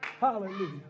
Hallelujah